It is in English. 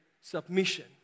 submission